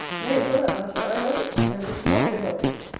nay, for that matter, i love it, and wish not to help it.